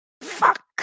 Fuck